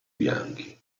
bianchi